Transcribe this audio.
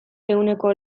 ehuneko